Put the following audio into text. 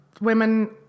women